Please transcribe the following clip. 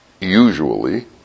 usually